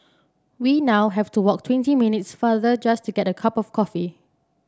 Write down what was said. we now have to walk twenty minutes farther just to get a cup of coffee